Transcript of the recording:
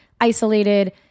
isolated